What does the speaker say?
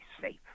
safe